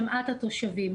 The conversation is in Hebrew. שמעה את התושבים,